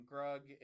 Grug